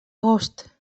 agost